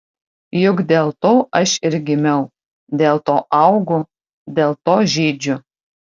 juk dėl to aš ir gimiau dėl to augu dėl to žydžiu